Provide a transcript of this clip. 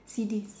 C_Ds